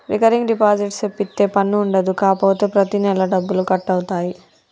recurring deposit సేపిత్తే పన్ను ఉండదు కాపోతే ప్రతి నెలా డబ్బులు కట్ అవుతాయి